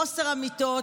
חוסר אמיתות,